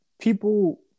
People